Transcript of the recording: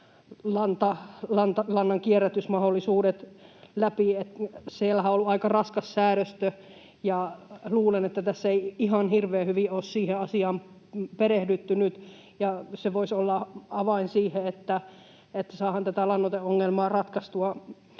kierrätysmahdollisuudet läpi. Siellähän on ollut aika raskas säädöstö, ja luulen, että tässä ei ihan hirveän hyvin ole siihen asiaan nyt perehdytty, ja se voisi olla avain siihen, että saadaan tätä lannoiteongelmaa ratkaistua.